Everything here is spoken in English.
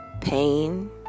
Pain